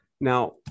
now